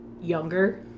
younger